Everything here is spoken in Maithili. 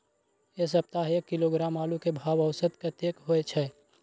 ऐ सप्ताह एक किलोग्राम आलू के भाव औसत कतेक होय छै?